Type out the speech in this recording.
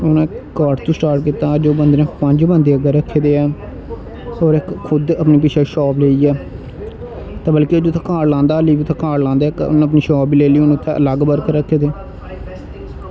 उ'नें कार्ड तो स्टार्ट कीता हा अज उस बंदे नै पंज बंदे अग्गें रक्खे दे ऐ साढ़े इक खुद्द हून पिच्छें शॉप लेई ऐ ते मतलब कि जित्थै कार्ड लांदा हा अजें बी उत्थै कार्ड लांदा ऐ हून अपनी शॉप बी लेई लेई हून उत्थै अलग वर्कर रक्खे दे